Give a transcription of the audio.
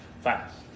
fast